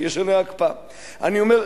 אני אומר: